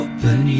Open